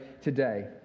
today